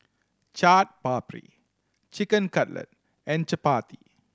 Chaat Papri Chicken Cutlet and Chapati